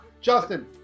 Justin